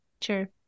Sure